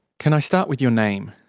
can i start with your name?